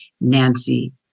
Nancy